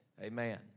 Amen